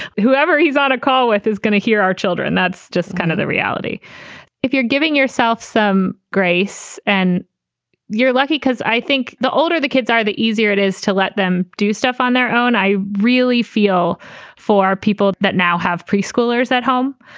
whoever he's on a call with is gonna hear our children. that's just kind of the reality if you're giving yourself some grace and you're lucky, because i think the older the kids are, the easier it is to let them do stuff on their own i really feel for people that now have preschoolers at home.